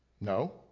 No